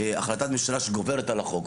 החלטת ממשלה שגוברת על החוק,